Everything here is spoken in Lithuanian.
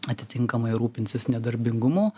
atitinkamai rūpinsis nedarbingumu